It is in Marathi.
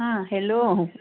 हां हॅलो